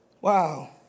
Wow